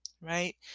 right